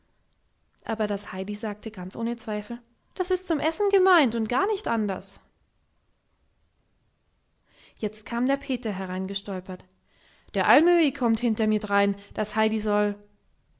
aber das heidi sagte ganz ohne zweifel das ist zum essen gemeint und gar nicht anders jetzt kam der peter hereingestolpert der almöhi kommt hinter mir drein das heidi soll